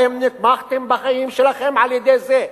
האם נתמכתם בחיים שלכם על-ידי זה,